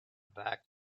back